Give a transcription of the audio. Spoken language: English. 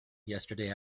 yesterday